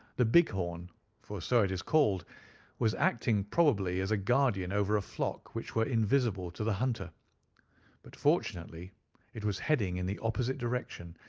the big-horn for so it is called was acting, probably, as a guardian over a flock which were invisible to the hunter but fortunately it was heading in the opposite direction,